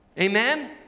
Amen